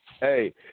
Hey